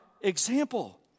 example